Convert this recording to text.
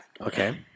Okay